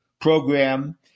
program